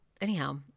anyhow